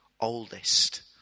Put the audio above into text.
oldest